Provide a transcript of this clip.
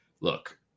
look